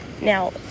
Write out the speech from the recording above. Now